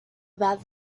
about